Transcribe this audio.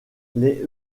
les